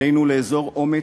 עלינו לאזור אומץ,